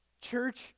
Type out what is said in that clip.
church